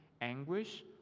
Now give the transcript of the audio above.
anguish